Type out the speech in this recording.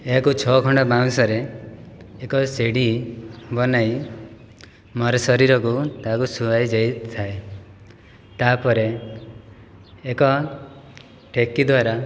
ଏହାକୁ ଛଅଖଣ୍ଡ ବାଉଁଶରେ ଏକ ସିଡ଼ି ବନାଇ ମରଶରୀରକୁ ତାକୁ ଶୁଆଇ ଯାଇଥାଏ ତା ପରେ ଏକ ଠେକି ଦ୍ୱାରା